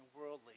worldly